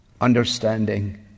understanding